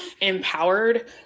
empowered